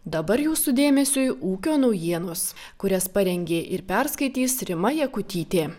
dabar jūsų dėmesiui ūkio naujienos kurias parengė ir perskaitys rima jakutytė